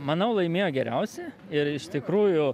manau laimėjo geriausi ir iš tikrųjų